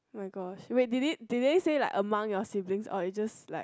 my gosh wait did it did they say among your siblings or they it just ike